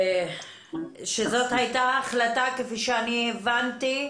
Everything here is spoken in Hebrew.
זאת הייתה החלטה, כפי שהבנתי,